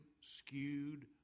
skewed